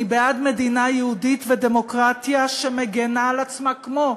אני בעד מדינה יהודית ודמוקרטית שמגינה על עצמה כמו,